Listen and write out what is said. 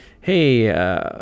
hey